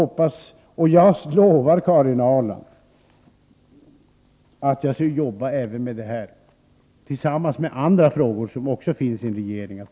Jag lovar, Karin Ahrland, att jag skall arbeta även med denna fråga samtidigt med andra frågor som finns i en regering.